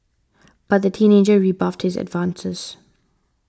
but the teenager rebuffed his advances